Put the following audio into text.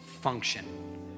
function